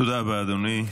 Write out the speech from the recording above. תודה רבה, אדוני.